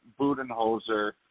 Budenholzer